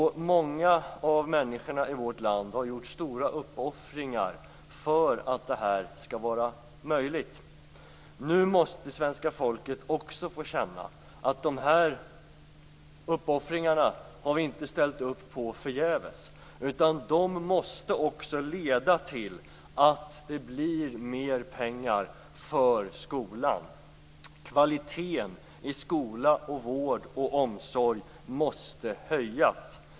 Många människor i vårt land har gjort stora uppoffringar för att detta skall vara möjligt. Nu måste svenska folket också få känna att man inte har ställt upp på de här uppoffringarna förgäves, utan dessa måste också leda till att det blir mera pengar för skolan. Kvaliteten i skola, vård och omsorg måste höjas.